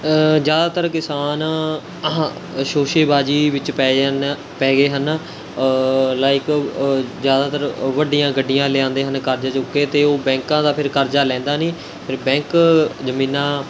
ਜ਼ਿਆਦਾਤਰ ਕਿਸਾਨ ਸ਼ੋਸ਼ੇਬਾਜ਼ੀ ਵਿੱਚ ਪੈ ਜਾਂਦੇ ਪੈ ਗਏ ਹਨ ਲਾਈਕ ਜ਼ਿਆਦਾਤਰ ਵੱਡੀਆਂ ਗੱਡੀਆਂ ਲਿਆਉਂਦੇ ਹਨ ਕਰਜ਼ੇ ਚੁੱਕ ਕੇ ਅਤੇ ਉਹ ਬੈਂਕਾਂ ਦਾ ਫਿਰ ਕਰਜ਼ਾ ਲਹਿੰਦਾ ਨਹੀਂ ਫਿਰ ਬੈਂਕ ਜਮੀਨਾਂ